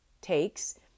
takes